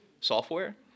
software